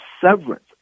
severance